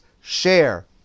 share